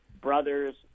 brothers